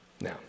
Now